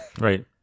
Right